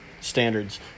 standards